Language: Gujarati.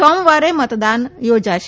સોમવારે મતદાન યોજાશે